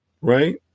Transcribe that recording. Right